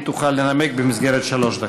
היא תוכל לנמק במסגרת שלוש דקות.